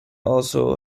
also